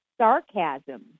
sarcasm